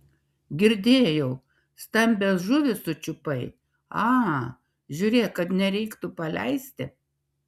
girdėjau stambią žuvį sučiupai a žiūrėk kad nereiktų paleisti